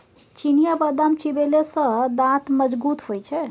चिनियाबदाम चिबेले सँ दांत मजगूत होए छै